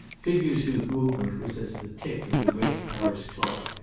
figures whose movement was as the tick of the great paris clock,